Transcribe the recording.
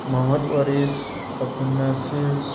Muhammad Waris Abdul Nasir